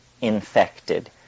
infected